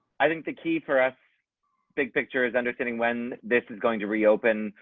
i think the key for ah big picture is understanding when this is going to reopen,